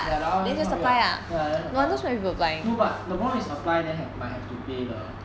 ya that one no hurry lah ya no surprise lor no but the problem is apply then have might have to pay the